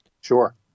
Sure